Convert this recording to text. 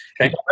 okay